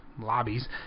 lobbies